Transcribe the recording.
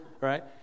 right